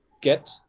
get